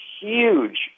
huge